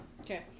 Okay